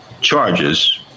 charges